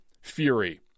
Fury